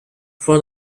from